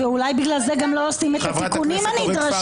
ואולי בגלל זה גם לא עושים את התיקונים הנדרשים.